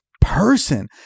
person